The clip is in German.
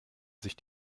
sich